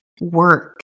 work